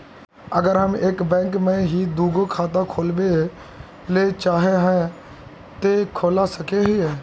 अगर हम एक बैंक में ही दुगो खाता खोलबे ले चाहे है ते खोला सके हिये?